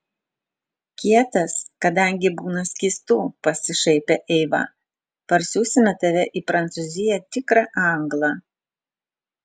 kietas kadangi būna skystų pasišaipė eiva parsiųsime tave į prancūziją tikrą anglą